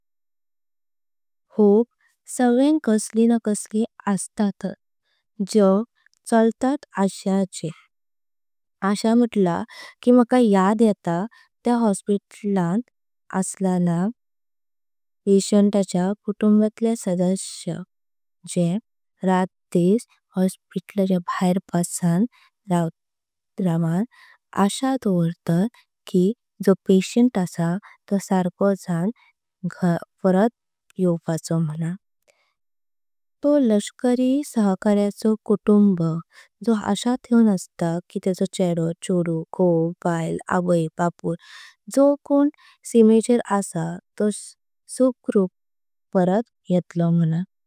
होप सगळ्यांक कसली हा कसली असतात जग चालतात। असा चेर आशा म्हंटला कि माका याड येता त्या हॉस्पिटल। लाभ आलेल्या पेशंटच्य कुटुंबाच्या सदस्यची जे दिस बाहेर। बसन रवतात असा डॉवरून कि जो। पेशंट आसा तो सर्खो जातलो म्हणान तो लष्करी सहकार्याचो। कुटुंब जो असा ठेवून अस्तात कि तेंचो छेडो, छोदू, घोव, बायळ। अपे बापूण जो कोण सीमाचेर आसा तो सुकुरूप परत येतलो मनान।